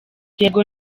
yego